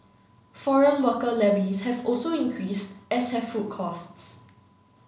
foreign worker levies have also increased as have food costs